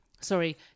Sorry